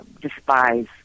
despise